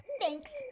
Thanks